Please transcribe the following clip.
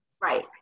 Right